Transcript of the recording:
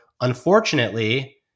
unfortunately